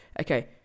Okay